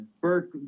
Burke